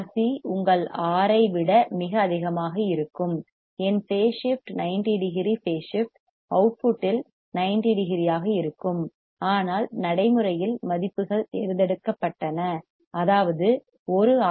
சிRC உங்கள் R R ஐ விட மிக அதிகமாக இருக்கும் என் phase shift 90 degree phase shift அவுட்புட்டில் 90 டிகிரியாக இருக்கும் ஆனால் நடைமுறையில் மதிப்புகள் தேர்ந்தெடுக்கப்பட்டன அதாவது 1 ஆர்